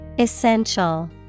Essential